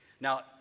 Now